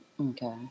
Okay